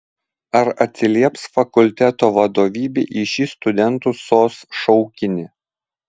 ar atsilieps fakulteto vadovybė į šį studentų sos šaukinį